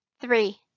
Three